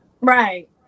Right